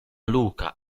luca